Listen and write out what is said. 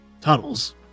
Tunnels